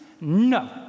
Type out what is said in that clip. No